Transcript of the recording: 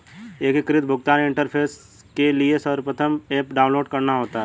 एकीकृत भुगतान इंटरफेस के लिए सर्वप्रथम ऐप डाउनलोड करना होता है